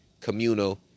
communal